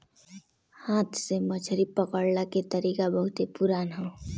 हाथ से मछरी पकड़ला के तरीका बहुते पुरान ह